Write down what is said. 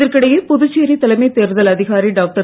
இதற்கிடையே புதுச்சேரி தலைமை தேர்தல் அதிகாரி டாக்டர்